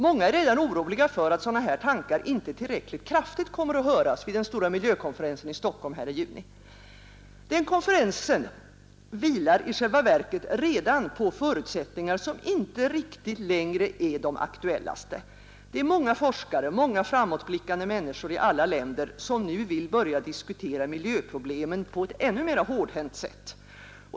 Många är redan oroliga för att sådana här tankar inte tillräckligt kraftigt kommer att höras vid den stora miljökonferensen här i Stockholm i juni. Denna konferens vilar i själva verket redan på förutsättningar, som inte riktigt längre är aktuella — många forskare, många framåtblickande människor i alla länder vill nu börja diskutera miljöproblemen på ett ännu mera hårdhänt sätt.